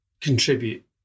contribute